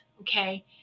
Okay